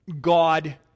God